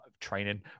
Training